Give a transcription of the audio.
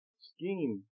scheme